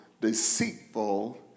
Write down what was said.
deceitful